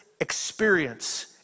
experience